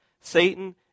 Satan